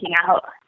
out